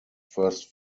first